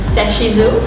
Sashizu